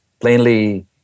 plainly